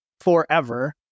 forever